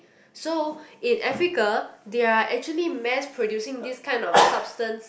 so in Africa they are actually mass producing this kind of substance